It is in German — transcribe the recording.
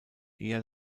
eher